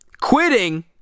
Quitting